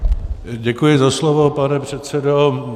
Děkuji za slovo, pane předsedo.